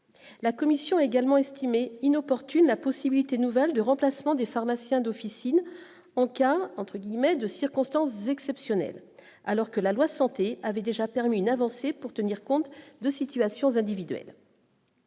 la commission a également estimé inopportune la possibilité nouvelle de remplacement des pharmaciens d'officine, en tout cas, entre guillemets, de circonstance, exceptionnel, alors que la loi santé avait déjà permis une avancée pour tenir compte de situations individuelles.